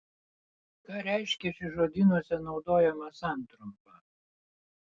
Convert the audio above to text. ką reiškia ši žodynuose naudojama santrumpa